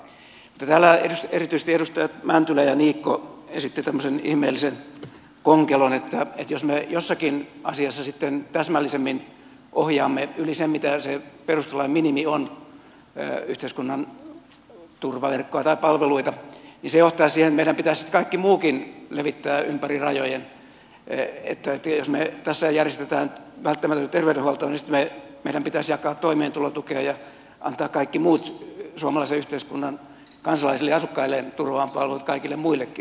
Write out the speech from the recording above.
mutta täällä erityisesti edustajat mäntylä ja niikko esittivät tämmöisen ihmeellisen konkelon että jos me jossakin asiassa sitten täsmällisemmin ohjaamme yli sen mitä se perustuslain minimi on yhteiskunnan turvaverkkoa tai palveluita niin se johtaisi siihen että meidän pitäisi sitten kaikki muukin levittää ympäri rajojen että jos me tässä järjestämme välttämättömän terveydenhuollon niin sitten meidän pitäisi jakaa toimeentulotukea ja antaa kaikki muut suomalaisen yhteiskunnan kansalaisille ja asukkailleen turvaamat palvelut kaikille muillekin